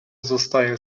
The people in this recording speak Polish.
zostaje